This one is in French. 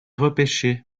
repêché